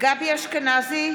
גבי אשכנזי,